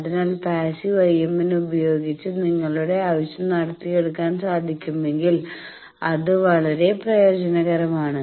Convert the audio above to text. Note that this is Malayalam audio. അതിനാൽ പാസ്സീവ് IMN ഉപയോഗിച്ച് നിങ്ങളുടെ ആവശ്യം നടത്തിയെടുക്കാൻ സാധിക്കുമെങ്കിൽ അത് വളരെ പ്രയോജനകരമാണ്